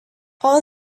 all